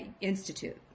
Institute